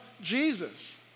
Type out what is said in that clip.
Jesus